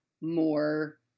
more